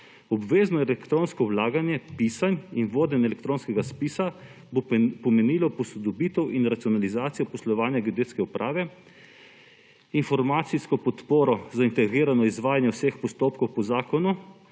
Obvezno elektronsko vlaganje pisanj in vodenje elektronskega spisa bo pomenilo posodobitev in racionalizacijo poslovanja Geodetske uprave. Informacijsko podporo za integrirano izvajanje vseh postopkov po zakonu